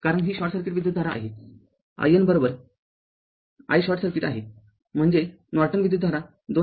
कारण ही short circuit विद्युतधारा आहे i n i short circuit आहे म्हणजे नॉर्टन विद्युतधारा २